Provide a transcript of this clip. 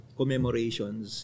commemorations